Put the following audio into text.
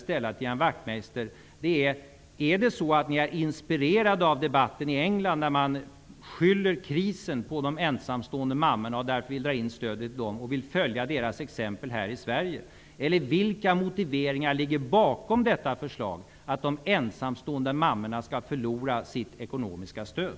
Wachtmeister: Är det så att ni är inspirerade av debatten i England, där man skyller krisen på de ensamstående mammorna och vill dra in stödet till dem, och att ni vill följa deras exempel här i Sverige? Vilka motiveringar ligger bakom förslaget att de ensamstående mammorna skall förlora sitt ekonomiska stöd?